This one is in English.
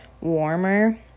warmer